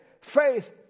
faith